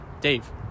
Dave